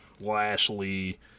Lashley